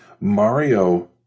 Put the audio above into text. Mario